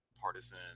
partisan